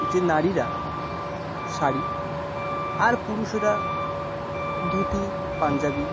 যে নারীরা শাড়ি আর পুরুষেরা ধুতি পাঞ্জাবি